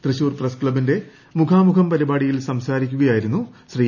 Thrissur press ക്ലബ്ബിന്റെ മുഖാമുഖം പരിപാടിയിൽ സെംസാരിക്കുകയായിരുന്നു ശ്രീ